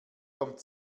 kommt